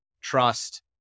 trust